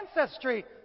ancestry